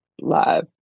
live